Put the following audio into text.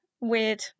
weird